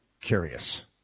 curious